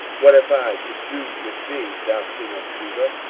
what have i to do with thee, thou king of judah?